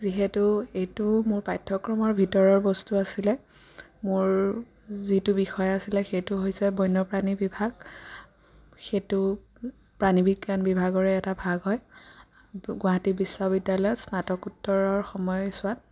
যিহেতু এইটো মোৰ পাঠ্যক্ৰমৰ ভিতৰৰ বস্তু আছিলে মোৰ যিটো বিষয় আছিলে সেইটো হৈছে বন্যপাণী বিভাগ সেইটো প্ৰাণী বিজ্ঞান বিভাগৰে এটা ভাগ হয় গুৱাহাটী বিশ্ৱবিদ্য়ালয়ৰ স্নাতকোত্তৰৰ সময়ছোৱাত